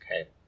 okay